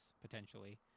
potentially